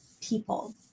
people